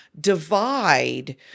divide